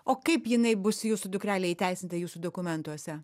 o kaip jinai bus jūsų dukrelė įteisinta jūsų dokumentuose